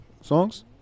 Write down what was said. songs